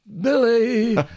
Billy